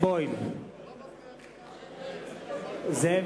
(קורא בשמות חברי הכנסת) זאב